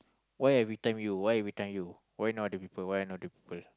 why every time you why every time you why not other people why not other people